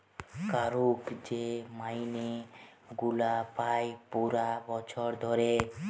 কারুর যে মাইনে গুলা পায় পুরা বছর ধরে